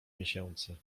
miesięcy